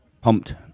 Pumped